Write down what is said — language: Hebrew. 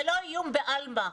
זה לא איום בעלמא.